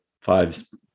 fives